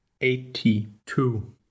eighty-two